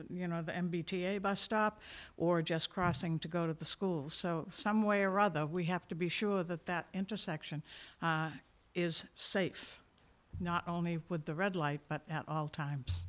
you know the m b t a bus stop or just crossing to go to the school so some way or other we have to be sure that that intersection is safe not only with the red light but at all times